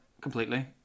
completely